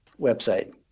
Website